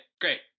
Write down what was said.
great